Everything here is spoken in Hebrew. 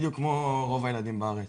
בדיוק כמו רוב הילדים בארץ.